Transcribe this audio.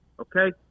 okay